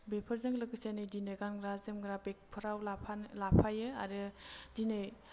बेफोरजों लोगोसे नै दिनै गानग्रा जोमग्रा बेगफ्राव लाफानो लाफायो आरो दिनै